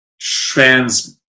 trans